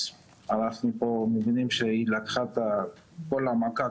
אז אנחנו פה מבינים שהיא לקחה את כל המכה,